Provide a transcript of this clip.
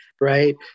Right